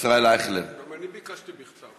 גם אני ביקשתי בכתב.